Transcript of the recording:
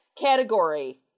category